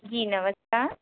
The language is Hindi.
जी नमस्कार